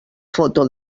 foto